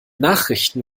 nachrichten